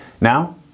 Now